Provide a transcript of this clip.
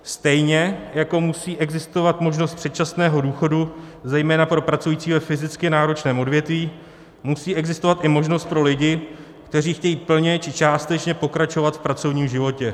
Stejně jako musí existovat možnost předčasného důchodu zejména pro pracující ve fyzicky náročném odvětví, musí existovat i možnost pro lidi, kteří chtějí plně či částečně pokračovat v pracovním životě.